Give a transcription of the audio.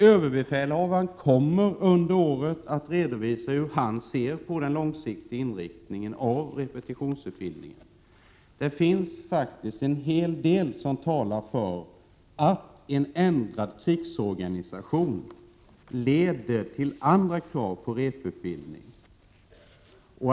Överbefälhavaren kommer under året att redovisa hur han ser på den långsiktiga inriktningen av repetitionsutbildningen. Det finns faktiskt en hel del som talar för att en ändrad krigsorganisation leder till andra krav på repetitionsutbildning.